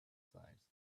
sides